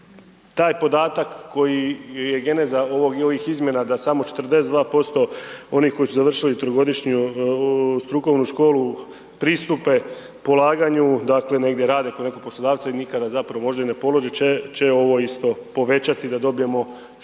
taj podatak koji je geneza ovog i ovih izmjena da samo 42% onih koji su završili trogodišnju strukovnu školu pristupe polaganju, dakle negdje rade kod nekog poslodavca i nikada zapravo i ne polože će ovo isto povećati da dobijemo što